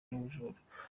n’ubujura